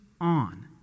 on